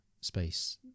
space